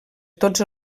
tots